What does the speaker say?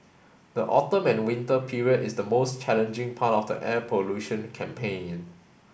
the autumn and winter period is the most challenging part of the air pollution campaign